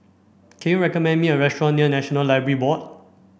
can you recommend me a restaurant near National Library Board